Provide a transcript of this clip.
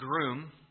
groom